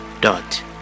dot